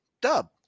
dub